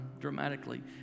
dramatically